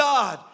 God